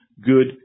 good